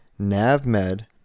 NAVMED